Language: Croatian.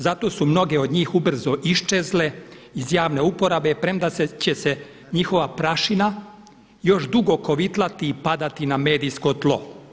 Zato su mnoge od njih ubrzo iščezle iz javne uporabe premda će se njihova prašina još dugo kovitlati i padati na medijsko tlo.